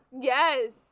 Yes